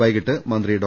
വൈകിട്ട് മന്ത്രി ഡോ